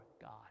God